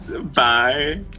bye